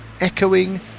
echoing